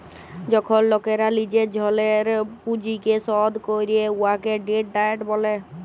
যখল লকেরা লিজের ঋলের পুঁজিকে শধ ক্যরে উয়াকে ডেট ডায়েট ব্যলে